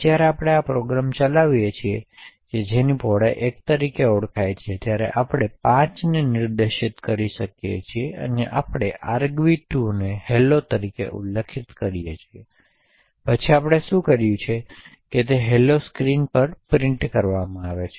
જ્યારે આપણે આ પ્રોગ્રામ ચલાવી જે પહોળાઈ 1 તરીકે ઓળખાય છે ત્યારે આપણે 5 ને નિર્દિષ્ટ કરીએ છીએ અને આપણે argv2 ને હેલો તરીકે ઉલ્લેખિત કરીએ છીએ પછી આપણે શું કર્યું તે છે કે હેલો સ્ક્રીન પર છાપવામાં આવે છે